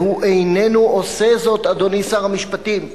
והוא איננו עושה זאת, אדוני שר המשפטים.